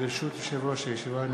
ברשות יושב-ראש הישיבה,